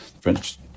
French